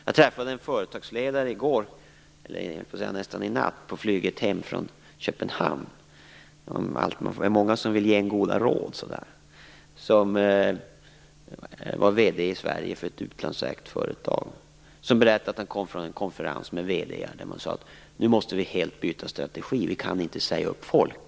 Jag träffade en företagsledare i natt på flyget hem från Köpenhamn. Det är många som vill ge en goda råd. Han var vd för ett utlandsägt företag i Sverige. Han berättade att han kom från en konferens med vd:ar. Där sade man att man helt måste byta strategi. Man kan inte säga upp folk.